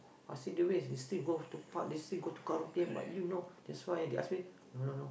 what's she do is they still go to pub they still go to karaoke but you no that's why they ask me no no no